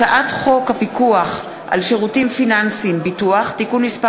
הצעת חוק הפיקוח על שירותים פיננסיים (ביטוח) (תיקון מס'